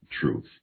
truth